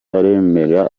aremera